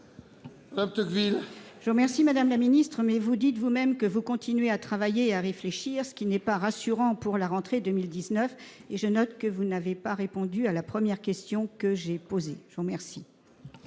Je vous remercie, madame la ministre, mais vous dites vous-même que vous continuez à travailler et à réfléchir : ce n'est pas rassurant pour la rentrée 2019 ... Je note en outre que vous n'avez pas répondu à la première question que je vous ai posée.